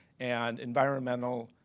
and environmental